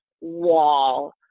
wall